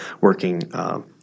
working